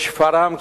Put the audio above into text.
בשפרעם,